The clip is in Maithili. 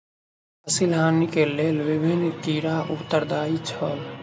फसिल हानि के लेल विभिन्न कीड़ा उत्तरदायी छल